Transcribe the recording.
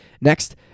Next